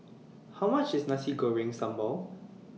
How much IS Nasi Goreng Sambal